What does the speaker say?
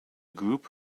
group